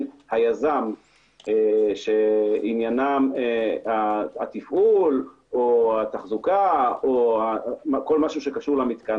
יזם שעניינם התפעול או התחזוקה או כל מה שקשור למתקן